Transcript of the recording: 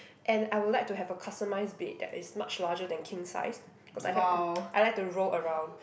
and I would like to have a customised bed that is much larger than king size cause I like I like to roll around